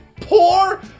poor